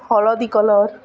ହଳଦୀ କଲର୍